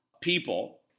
people